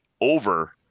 over